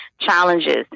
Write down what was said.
challenges